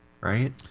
right